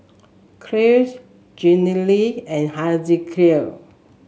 Cleve Jenilee and Hezekiah